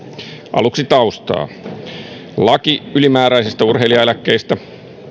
aluksi taustaa laki ylimääräisistä urheilijaeläkkeistä